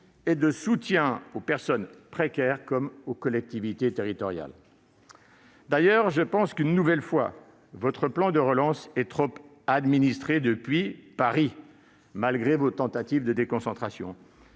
et de soutien aux personnes précaires, comme aux collectivités territoriales. Une nouvelle fois, votre plan est trop administré depuis Paris, malgré vos tentatives de déconcentration.